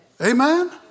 Amen